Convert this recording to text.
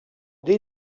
dès